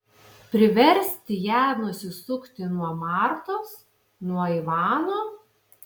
priversti ją nusisukti nuo martos nuo ivano